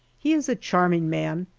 he is a charming man,